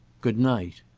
good-night.